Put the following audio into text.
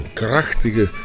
krachtige